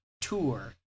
tour